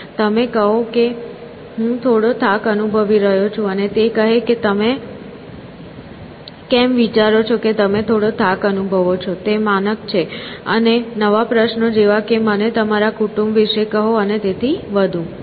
તમે કહો કે હું થોડો થાક અનુભવી રહ્યો છું અને તે કહે છે કે તમે કેમ વિચારો છો કે તમે થોડો થાક અનુભવો છો માનક છે અને નવા પ્રશ્નો જેવા કે મને તમારા કુટુંબ વિશે કહો અને તેથી વધુ